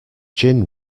gin